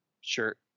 shirt